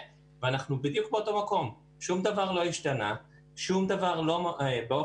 רואים שזה העתק הדבק כי לא השתנה הרבה בנושא